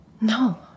No